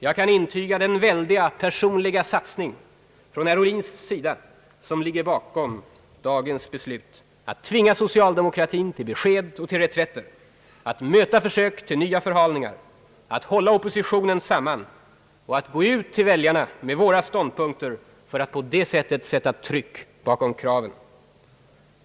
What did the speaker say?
Jag kan intyga den väldiga, personliga satsning från herr Ohlins sida som ligger bakom dagens beslut: att tvinga socialdemokratin till besked och reträtter, att möta försök till nya förhalningar, att hålla oppositionen samman och att gå ut till väljarna med våra ståndpunkter för att så sätta tryck bakom kraven.